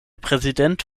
präsident